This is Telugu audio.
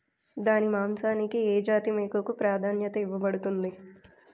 దాని మాంసానికి ఏ జాతి మేకకు ప్రాధాన్యత ఇవ్వబడుతుంది?